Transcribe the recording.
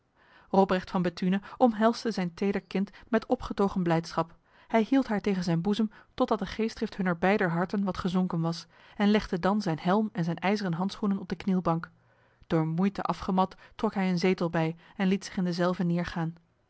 robrecht van bethune omhelsde zijn teder kind met opgetogen blijdschap hij hield haar tegen zijn boezem totdat de geestdrift hunner beider harten wat gezonken was en legde dan zijn helm en zijn ijzeren handschoenen op de knielbank door moeite afgemat trok hij een zetel bij en liet zich in dezelve